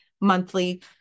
monthly